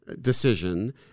decision